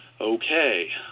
Okay